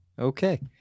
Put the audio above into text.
okay